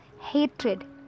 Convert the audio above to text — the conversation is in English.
hatred